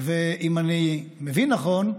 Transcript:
ואם אני מבין נכון,